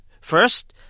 First